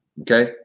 Okay